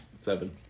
Seven